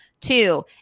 Two